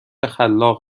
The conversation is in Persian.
خلاق